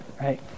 right